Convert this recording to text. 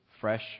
fresh